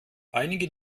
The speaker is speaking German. einige